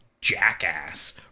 jackass